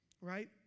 Right